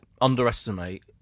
underestimate